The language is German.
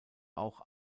auch